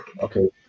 Okay